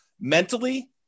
mentally